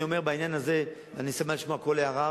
אני אומר בעניין הזה: אני שמח לשמוע כל הערה,